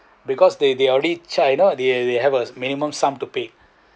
because they they already charge you know they they have a minimum sum to pay